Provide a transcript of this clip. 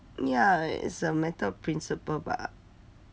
ya is a matter of principle bah